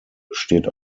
besteht